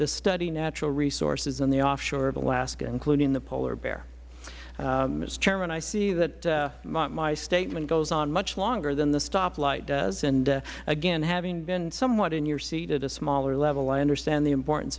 to study natural resources in the offshore of alaska including the polar bear mister chairman i see that my statement goes on much longer than the stop light does and again having been somewhat in your seat at a smaller level i understand the importance